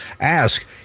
ask